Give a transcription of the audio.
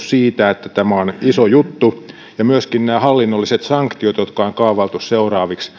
siitä että tämä on iso juttu ja myöskin nämä hallinnolliset sanktiot joiden on kaavailtu seuraavan